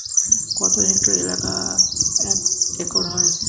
কত হেক্টর এলাকা এক একর হয়?